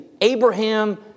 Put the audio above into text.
Abraham